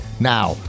Now